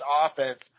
offense